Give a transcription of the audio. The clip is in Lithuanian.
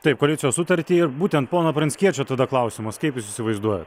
taip koalicijos sutartį būtent pono pranckiečio tada klausiamas kaip jūs įsivaizduojat